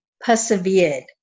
persevered